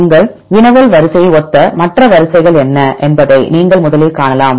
உங்கள் வினவல் வரிசையை ஒத்த மற்ற வரிசைகள் என்ன என்பதை முதலில் நீங்கள் காணலாம்